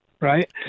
right